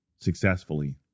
successfully